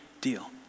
deal